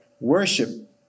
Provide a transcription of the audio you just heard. worship